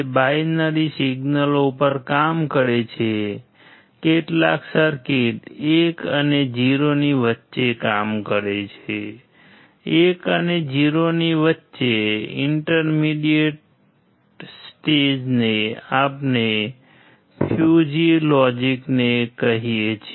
binary કહીએ છીએ